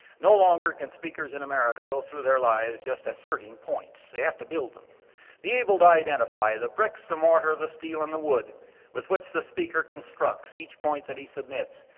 no longer can speakers in america go through their lives just as certain points they have to build them be able to identify the bricks, the mortar, the steel, and the wood with which the speaker constructs, each point that he submits.